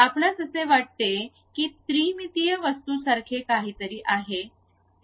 आपणास असे वाटते की त्रिमितीय वस्तूसारखे काहीतरी आहे